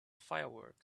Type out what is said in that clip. fireworks